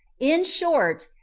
in short,